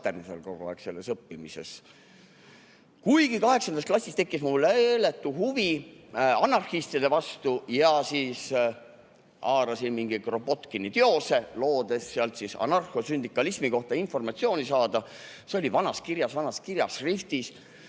Kuigi kaheksandas klassis tekkis mul meeletu huvi anarhistide vastu ja siis ma haarasin mingi Kropotkini teose, lootes sealt anarhosündikalismi kohta informatsiooni saada. See oli vanas kirjas, vanas kirjašriftis.